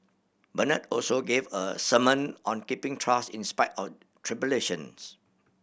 Bernard also gave a sermon on keeping trust in spite of tribulations